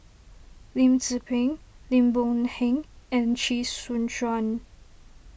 Lim Tze Peng Lim Boon Heng and Chee Soon Juan